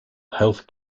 health